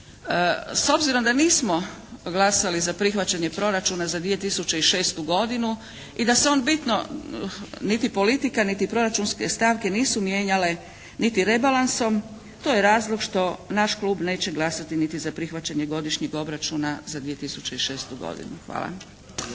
S obzirom da nismo glasali za prihvaćanje proračuna za 2006. godinu i da se on bitno niti politika niti proračunske stavke nisu mijenjale niti rebalansom to je razlog što naš klub neće glasati niti za prihvaćanje godišnjeg obračuna za 2006. godinu. Hvala.